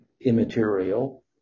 immaterial